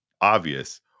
obvious